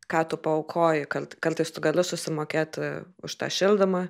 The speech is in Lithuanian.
ką tu paaukojai kad kartais tu gali susimokėti už tą šildymą